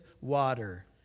water